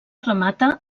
remata